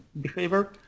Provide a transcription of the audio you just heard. behavior